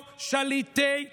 אתם לא שליטי הארץ.